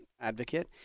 advocate